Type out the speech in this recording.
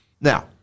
Now